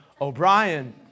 O'Brien